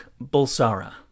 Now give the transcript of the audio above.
Bulsara